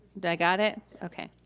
do i got it? okay.